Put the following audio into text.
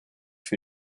für